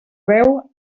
veu